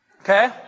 Okay